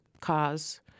cause